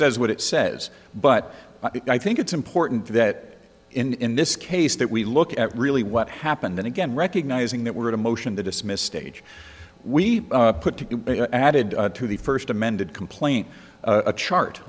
says what it says but i think it's important that in this case that we look at really what happened then again recognizing that we're in a motion to dismiss stage we put to added to the first amended complaint a chart